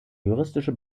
juristische